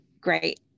great